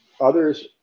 others